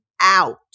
out